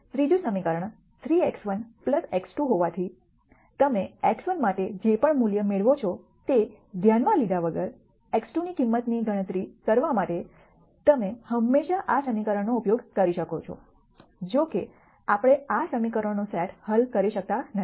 ત્રીજું સમીકરણ 3x1 x2 હોવાથી તમે x1 માટે જે પણ મૂલ્ય મેળવો છો તે ધ્યાનમાં લીધા વગર x2 ની કિંમતની ગણતરી કરવા માટે તમે હંમેશાં આ સમીકરણનો ઉપયોગ કરી શકો છો જો કે આપણે આ સમીકરણોનો સેટ હલ કરી શકતા નથી